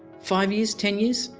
five years, ten years?